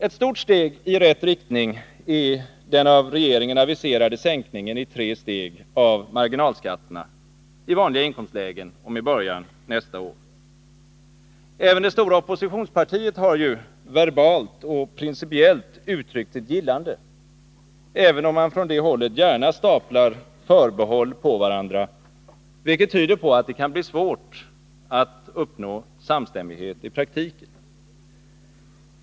Ett stort steg i rätt riktning är den av regeringen aviserade sänkningen i tre steg av marginalskatterna i vanliga inkomstlägen med början nästa år. Även det stora oppositionspartiet har ju verbalt och principiellt uttryckt sitt gillande, även om man från det hållet gärna staplar förbehåll på varandra, vilket tyder på att det kan bli svårt att uppnå samstämmighet i praktiken.